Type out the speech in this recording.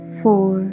four